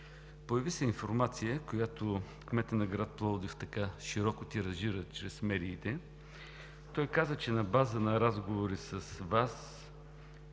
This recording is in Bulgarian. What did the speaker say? появи се информация, която кметът на град Пловдив широко тиражира чрез медиите. Той каза, че на база на разговори с Вас,